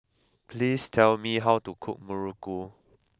please tell me how to cook Muruku